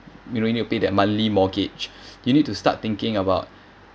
you know you need pay that monthly mortgage you need to start thinking about